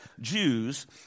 Jews